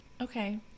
Okay